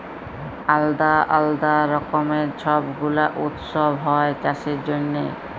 আলদা আলদা রকমের ছব গুলা উৎসব হ্যয় চাষের জনহে